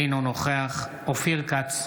אינו נוכח אופיר כץ,